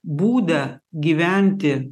būdą gyventi